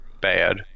bad